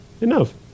enough